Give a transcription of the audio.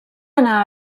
anar